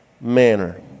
manner